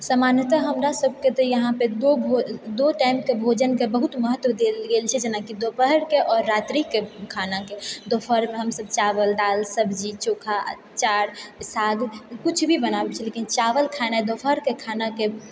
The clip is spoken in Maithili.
सामान्यतः हमरा सभके तऽ यहाँपे दो भोज दो टाइमके भोजनके बहुत महत्व देल गेल छै जेनाकि दुपहर आ रात्रिके खानाके दुपहरमे हम सभ चावल दालि सब्जी चोखा अँचार साग किछु भी बनाबै छी लेकिन चावल खेनाइ दुपहरके खानाके